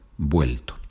vuelto